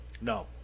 No